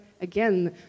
again